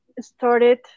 started